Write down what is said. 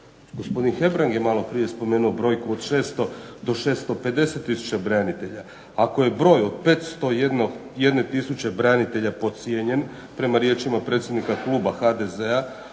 Gospodin Hebrang je maloprije spomenuo brojku od 600 do 650 tisuća branitelja. Ako je broj od 501 tisuće branitelja podcijenjen prema riječima predsjednika kluba HDZ-a,